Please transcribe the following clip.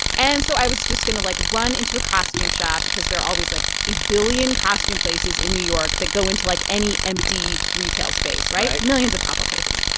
and so i was just going to, like, run into a costume shop because there are always, like, a billion costume places in new york that go into, like, any empty retail space, right. right. millions of pop-up places.